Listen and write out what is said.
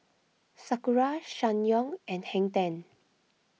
Sakura Ssangyong and Hang ten